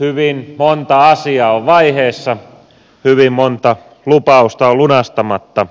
hyvin monta asiaa on vaiheessa hyvin monta lu pausta on lunastamatta